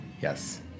Yes